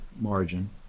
margin